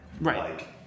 Right